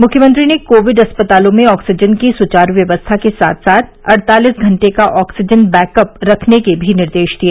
मुख्यमंत्री ने कोविड अस्पतालों में ऑक्सीजन की सुचारू व्यवस्था के साथ साथ अड़तालीस घंटे का ऑक्सीजन बैकअप रखने के भी निर्देश दिए